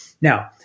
Now